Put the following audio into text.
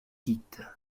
quittent